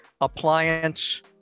appliance